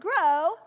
grow